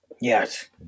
Yes